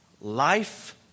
life